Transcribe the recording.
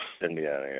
Indiana